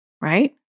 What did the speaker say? right